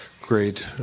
great